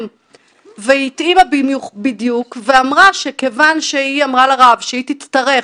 והיא התאימה בדיוק ואמרה שכיוון שהיא אמרה לרב שהיא תצטרך